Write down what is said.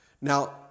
Now